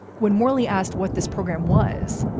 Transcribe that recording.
when morley asked what this program was.